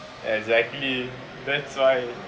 exactly that's why